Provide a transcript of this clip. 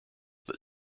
that